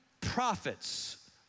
prophets